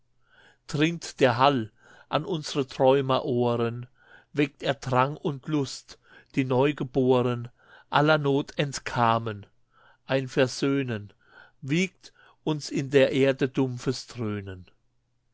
dringt der hall an unsre träumerohren weckt er drang und lust die neugeboren aller not entkamen ein versöhnen wiegt uns in der erde dumpfes dröhnen